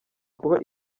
kuba